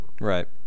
Right